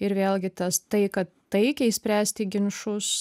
ir vėlgi tas tai kad taikiai spręsti ginčus